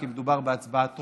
כי מדובר בהצבעה טרומית,